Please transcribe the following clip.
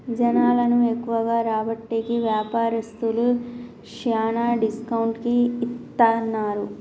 జనాలను ఎక్కువగా రాబట్టేకి వ్యాపారస్తులు శ్యానా డిస్కౌంట్ కి ఇత్తన్నారు